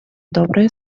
добрые